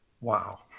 Wow